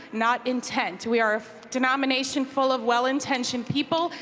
not intent. we are a denomination full of well-intentioned people.